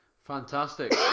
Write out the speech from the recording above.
Fantastic